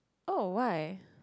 oh why